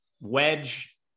wedge